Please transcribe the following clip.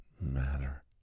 matter